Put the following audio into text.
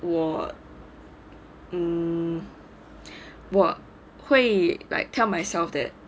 我 mmhmm 我会 like tell myself that